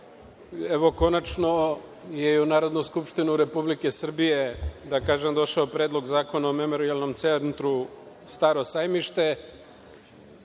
evo, konačno je i u Narodnu skupštinu Republike Srbije došao Predlog zakona o memorijalnom centru Staro Sajmište